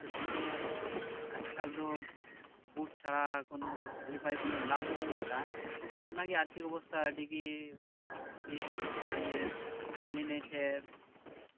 ᱡᱮᱥᱮᱠᱮ ᱟᱡᱠᱟᱞ ᱫᱚ ᱵᱩᱴ ᱪᱷᱟᱲᱟ ᱠᱚᱱᱚ ᱠᱷᱟᱹᱞᱤ ᱯᱟᱭᱮ ᱮᱞᱟᱣᱜᱤ ᱵᱟᱹᱱᱩᱜ ᱟᱠᱟᱫᱟ ᱟᱨ ᱚᱱᱟᱜᱤ ᱟᱨᱛᱷᱤᱠ ᱚᱵᱚᱥᱛᱟ ᱜᱤ ᱵᱟᱝ ᱴᱷᱤᱠ ᱠᱷᱟᱹᱛᱤᱨ ᱚᱱᱟᱜᱤ ᱦᱟᱹᱱᱤ ᱱᱟᱹᱭᱴᱷᱮᱡ